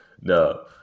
No